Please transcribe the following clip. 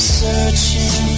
searching